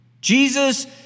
Jesus